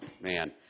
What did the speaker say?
man